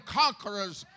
conquerors